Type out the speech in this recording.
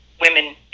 women